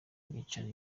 yicara